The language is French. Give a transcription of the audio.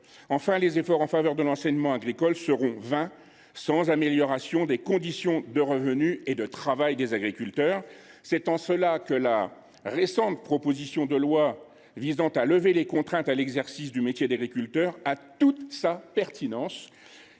Enfin, les efforts en faveur de l’enseignement agricole seront vains sans amélioration des revenus et des conditions de travail des agriculteurs. À cet égard, la proposition de loi visant à lever les contraintes à l’exercice du métier d’agriculteur a toute sa pertinence